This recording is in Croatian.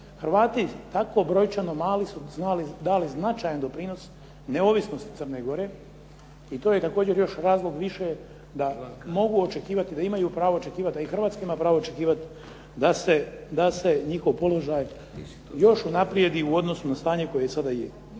Hrvati tako brojčano mali su dali značajan doprinos neovisnosti Crne Gore i to je također još razlog više da mogu očekivati, da imaju pravo očekivati, da imaju pravo očekivati, da i Hrvatska ima pravo očekivati da se njihov položaj još unaprijedi u odnosu na stanje koje sada je.